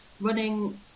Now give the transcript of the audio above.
running